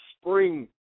spring